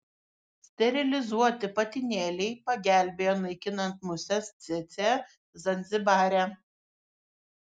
sterilizuoti patinėliai pagelbėjo naikinant muses cėcė zanzibare